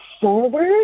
forward